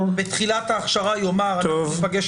זה כמו שהמנחה בתחילת ההכשרה יאמר: ניפגש